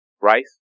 Rice